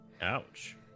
ouch